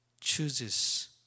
chooses